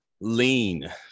lean